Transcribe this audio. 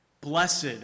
Blessed